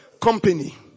company